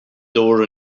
door